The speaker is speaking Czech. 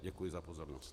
Děkuji za pozornost.